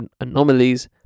anomalies